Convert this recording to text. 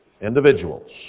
individuals